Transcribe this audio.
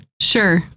Sure